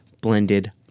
blended